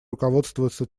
руководствоваться